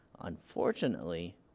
Unfortunately